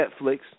Netflix